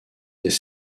des